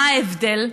מה ההבדל?